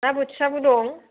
ना बोथियाबो दं